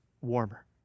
warmer